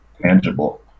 tangible